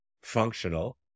functional